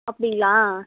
அப்படிங்களா